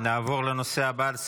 נעבור לנושא הבא על סדר-היום,